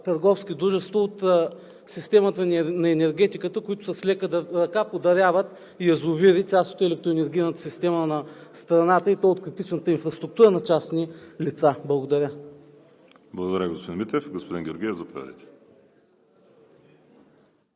търговски дружества от системата на енергетиката, които с лека ръка подаряват язовири – част от електроенергийната система на страната, и то от критичната инфраструктура, на частни лица. Благодаря. ПРЕДСЕДАТЕЛ ВАЛЕРИ СИМЕОНОВ: Благодаря, господин Митев. Господин Георгиев, заповядайте.